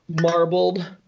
marbled